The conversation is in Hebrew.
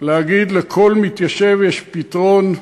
להגיד "לכל מתיישב יש פתרון"